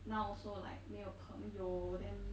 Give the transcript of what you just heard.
now also like 没有朋友 then